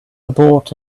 abort